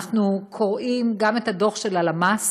אנחנו קוראים גם את הדוח של הלמ"ס